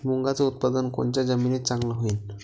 मुंगाचं उत्पादन कोनच्या जमीनीत चांगलं होईन?